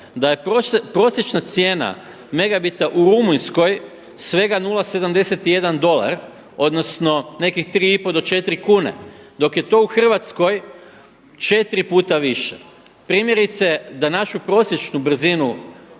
da je prosječna cijena megabita u Rumunjskoj svega 0,71 dolar, odnosno nekih 3,5 do 4 kune, dok je to u Hrvatskoj 4 puta više. Primjerice, da našu prosječnu brzinu